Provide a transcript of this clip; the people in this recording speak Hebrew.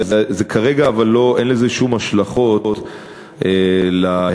כרגע אין לזה שום השלכות על ההיערכות,